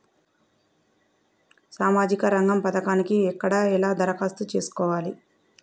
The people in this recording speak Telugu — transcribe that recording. సామాజిక రంగం పథకానికి ఎక్కడ ఎలా దరఖాస్తు చేసుకోవాలి?